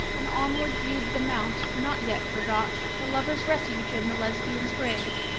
and onward viewed the mount, not yet forgot, the lover's refuge and the lesbian's grave.